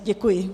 Děkuji.